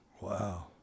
wow